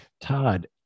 Todd